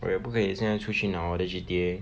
我也不可以现在出去拿我的 G_T_A